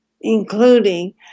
including